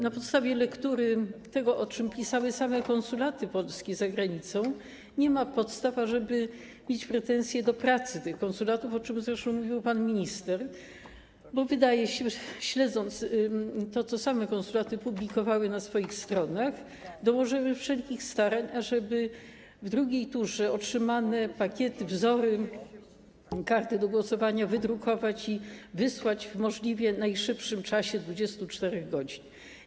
Na podstawie lektury tego, o czym pisały same konsulaty polskie za granicą, nie ma podstaw, ażeby mieć pretensje do pracy tych konsulatów, o czym zresztą mówił pan minister, bo wydaje się, po prześledzeniu tego, co same konsulaty publikowały na swoich stronach, że dołożyły one wszelkich starań, ażeby w drugiej turze otrzymane pakiety, wzory kart do głosowania wydrukować i wysłać w możliwie najszybszym czasie - 24 godzin.